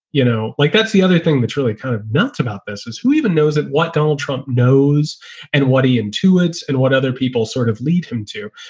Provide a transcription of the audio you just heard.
you know, like that's the other thing that's really kind of nuts about this is who even knows at what donald trump knows and what he intuits and what other people sort of lead him to.